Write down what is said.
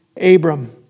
Abram